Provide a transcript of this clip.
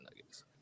nuggets